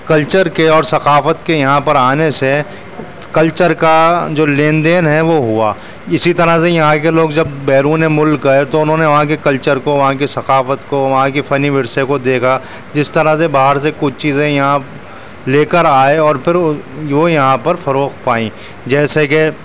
culture کے اور ثقافت کے یہاں پر آنے سے کلچر کا جو لین دین ہے وہ ہوا اسی طرح سے یہاں کے لوگ جب بیرونِ ملک گئے تو انہوں نے وہاں کے کلچر کو وہاں کے ثقافت کو وہاں کی فنی ورثے کو دیکھا جس طرح سے باہر سے کچھ چیزیں یہاں لے کر آئے اور پھر وہ یہاں پر فروغ پائیں جیسے کہ